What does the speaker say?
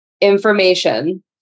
information